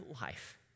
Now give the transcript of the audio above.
life